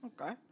Okay